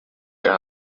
que